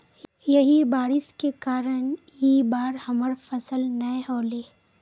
यही बारिश के कारण इ बार हमर फसल नय होले?